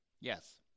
Yes